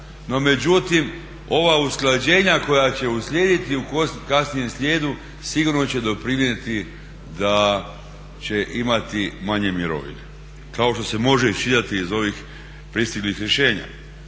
međutim ova usklađenja koja će uslijediti u kasnijem slijedu sigurno će doprinijeti da će imati manje mirovine kao što se može isčitati iz ovih pristiglih rješenja.